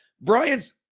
Brian's